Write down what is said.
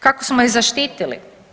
Kako smo je zaštitili?